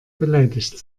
beleidigt